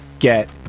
Get